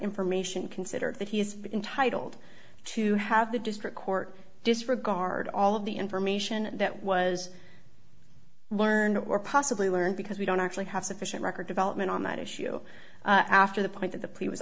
information considered that he is entitled to have the district court disregard all of the information that was learned or possibly learned because we don't actually have sufficient record development on that issue after the point that the plea was